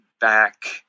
back